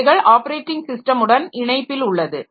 இவைகள் ஆப்பரேட்டிங் ஸிஸ்டமுடன் இணைப்பில் உள்ளது